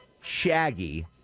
Shaggy